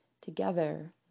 together